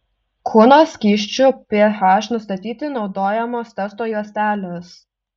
kūno skysčių ph nustatyti naudojamos testo juostelės